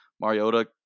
Mariota